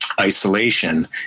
isolation